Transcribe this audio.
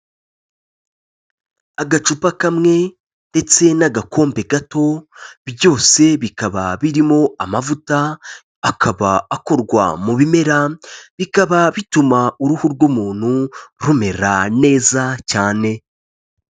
Agacupa kamwe ndetse n'agakombe gato byose bikaba birimo amavuta, akaba akorwa mu bimera, bikaba bituma uruhu rw'umuntu rumera neza cyane.